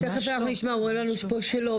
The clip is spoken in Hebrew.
אז תיכף אנחנו נשמע, אומרים לנו פה שלא.